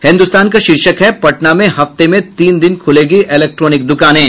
हिन्दुस्तान का शीर्षक है पटना में हफ्ते में तीन दिन खूलेगी इलेक्ट्रॉनिक दुकानें